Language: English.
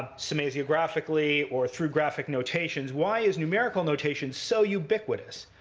semasiographically or through graphic notations, why is numerical notation so ubiquitous?